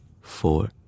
four